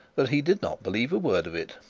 that he did not believe a word of it.